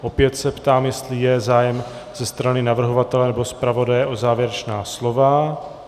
Opět se ptám, jestli je zájem ze strany navrhovatele nebo zpravodaje o závěrečná slova.